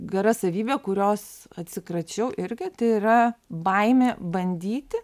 gera savybė kurios atsikračiau irgi tai yra baimė bandyti